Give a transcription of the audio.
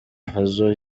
fazzo